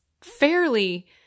fairly